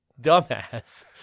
dumbass